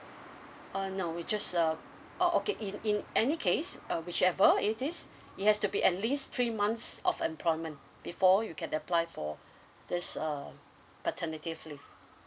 uh no we just um oh okay in in any case uh whichever it is he has to be at least three months of employment before you can apply for this uh paternity leave